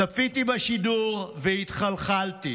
צפיתי בשידור והתחלחלתי